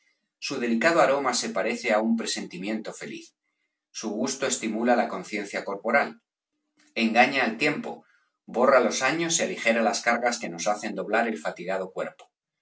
su delicado aroma se parece á un presentimiento feliz su gusto estimula la conciencia corporal engaña al tiempo borra los años y aligera las cargas que nos hacen doblar el fatigado cuerpo